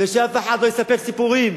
שאף אחד לא יספר סיפורים,